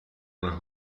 una